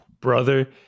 Brother